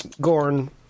Gorn